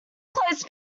clothes